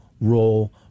role